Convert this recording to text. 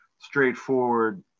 straightforward